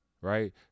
Right